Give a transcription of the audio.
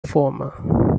former